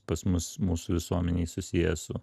pas mus mūsų visuomenėj susiję su